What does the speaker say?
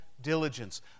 diligence